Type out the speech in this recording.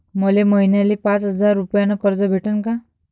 मले महिन्याले पाच हजार रुपयानं कर्ज भेटन का?